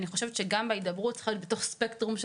אני חושבת שגם ההידברות צריכה להיות בתוך ספקטרום של